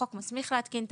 החוק מסמיך להתקין תקנות,